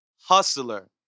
Hustler